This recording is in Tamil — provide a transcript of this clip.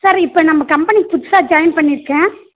சார் இப்போ நம்ம கம்பெனிக்கு புதுசாக ஜாயின் பண்ணியிருக்கேன்